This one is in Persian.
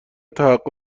تحقق